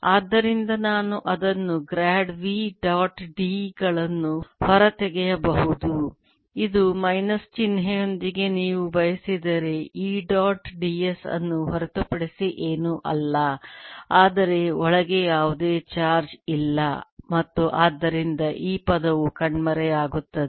ಆದ್ದರಿಂದ ನಾನು ಅದನ್ನು ಗ್ರೇಡ್ v ಡಾಟ್ d ಗಳನ್ನು ಹೊರತೆಗೆಯಬಹುದು ಇದು ಮೈನಸ್ ಚಿಹ್ನೆಯೊಂದಿಗೆ ನೀವು ಬಯಸಿದರೆ E ಡಾಟ್ ds ಅನ್ನು ಹೊರತುಪಡಿಸಿ ಏನೂ ಅಲ್ಲ ಆದರೆ ಒಳಗೆ ಯಾವುದೇ ಚಾರ್ಜ್ ಇಲ್ಲ ಮತ್ತು ಆದ್ದರಿಂದ ಈ ಪದವು ಕಣ್ಮರೆಯಾಗುತ್ತದೆ